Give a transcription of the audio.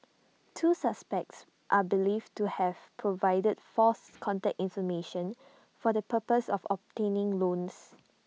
two suspects are believed to have provided false contact information for the purpose of obtaining loans